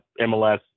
MLS